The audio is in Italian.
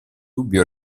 dubbio